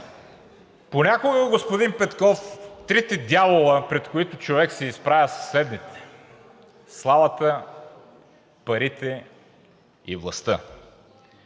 Понякога, господин Петков, трите дявола, пред които човек се изправя са следните: славата, парите и властта.